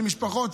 של משפחות,